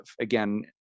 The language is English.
again